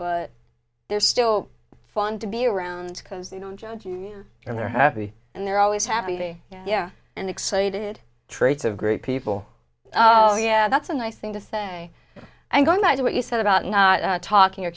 but they're still fun to be around because they don't judge you and they're happy and they're always happy yeah yeah and excited traits of great people so yeah that's a nice thing to say i'm going back to what you said about not talking or